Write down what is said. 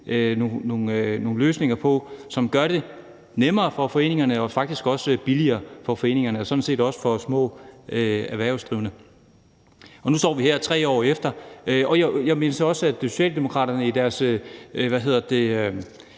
nogle løsninger på, som gør det nemmere og faktisk også billigere for foreningerne og sådan set også for små erhvervsdrivende. Og nu står vi her 3 år efter. Jeg mindes også, at Socialdemokraterne i deres forståelsespapir